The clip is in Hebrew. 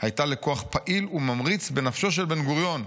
הייתה לכוח פעיל וממריץ בנפשו של בן-גוריון,